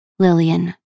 Lillian